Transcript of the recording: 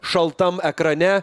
šaltam ekrane